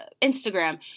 Instagram